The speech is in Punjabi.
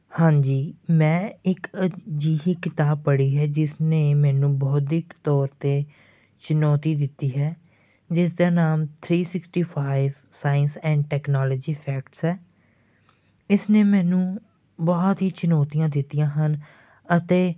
ਹਾਂਜੀ ਮੈਂ ਇੱਕ ਅਜਿਹੀ ਕਿਤਾਬ ਪੜ੍ਹੀ ਹੈ ਜਿਸਨੇ ਮੈਨੂੰ ਬੌਧਿਕ ਤੌਰ 'ਤੇ ਚੁਣੌਤੀ ਦਿੱਤੀ ਹੈ ਜਿਸਦਾ ਨਾਮ three sixty five science and technology facts ਹੈ ਇਸਨੇ ਮੈਨੂੰ ਬਹੁਤ ਹੀ ਚੁਣੌਤੀਆਂ ਦਿੱਤੀਆਂ ਹਨ ਅਤੇ